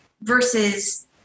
versus